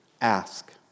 ask